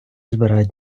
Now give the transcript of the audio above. збирають